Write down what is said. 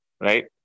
right